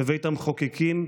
בבית המחוקקים,